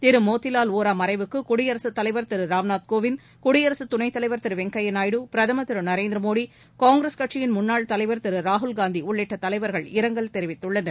திரு மோதிலால் வோரா மறைவுக்கு குடியரசுத்தலைவர் திரு ராம்நாத் கோவிந்த் குடியரசுத் துணைத்தலைவா் திரு வெங்கையா நாயுடு பிரதமா் திரு நரேந்திர மோடி காங்கிரஸ் கட்சியின் முன்னாள் தலைவர் திரு ராகுல் காந்தி உள்ளிட்ட தலைவர்கள் இரங்கல் தெரிவித்துள்ளனர்